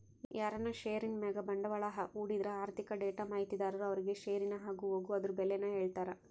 ಯಾರನ ಷೇರಿನ್ ಮ್ಯಾಗ ಬಂಡ್ವಾಳ ಹೂಡಿದ್ರ ಆರ್ಥಿಕ ಡೇಟಾ ಮಾಹಿತಿದಾರರು ಅವ್ರುಗೆ ಷೇರಿನ ಆಗುಹೋಗು ಅದುರ್ ಬೆಲೇನ ಹೇಳ್ತಾರ